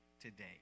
today